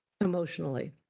emotionally